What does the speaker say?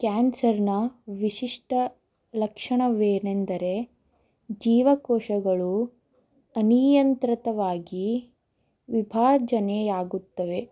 ಕ್ಯಾನ್ಸರ್ನ ವಿಶಿಷ್ಟ ಲಕ್ಷಣವೇನೆಂದರೆ ಜೀವಕೋಶಗಳು ಅನಿಯಂತ್ರಿತವಾಗಿ ವಿಭಜನೆಯಾಗುತ್ತವೆ